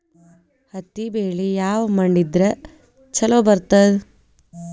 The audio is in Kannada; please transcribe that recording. ಹತ್ತಿ ಬೆಳಿ ಯಾವ ಮಣ್ಣ ಇದ್ರ ಛಲೋ ಬರ್ತದ?